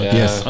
Yes